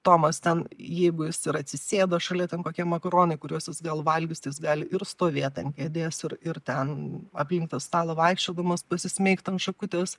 tomas ten jeigu jis ir atsisėdo šalia ten kokie makaronai kuriuos jis gal valgys tai jis gali ir stovėt ant kėdės ir ir ten aplink tą stalą vaikščiodamas pasismeigt ant šakutės